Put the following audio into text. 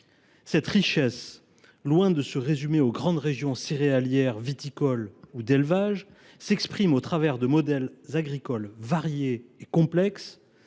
Cette richesse, loin de se résumer aux grandes régions céréalières, viticoles ou d’élevage, s’exprime au travers de modèles agricoles variés et complexes,